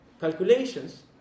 calculations